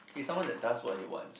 he's someone that does what he wants